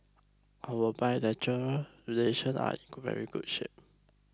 our bilateral relations are in very good shape